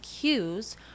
cues